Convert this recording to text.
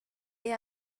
est